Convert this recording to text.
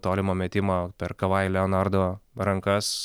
tolimą metimą per kavai leonardo rankas